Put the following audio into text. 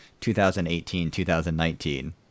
2018-2019